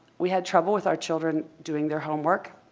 we had trouble with our children doing their homework.